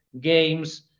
games